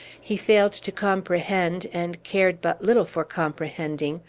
he failed to comprehend, and cared but little for comprehending,